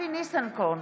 אבי ניסנקורן,